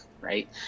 right